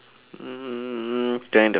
hmm kind of